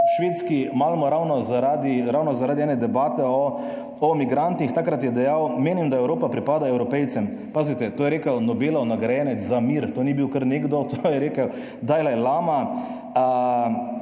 ravno zaradi, ravno zaradi ene debate o migrantih. Takrat je dejal: "Menim, da Evropa pripada Evropejcem". Pazite, to je rekel Nobelov nagrajenec za mir, to ni bil kar nekdo, to je rekel dalajlama.